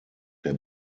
der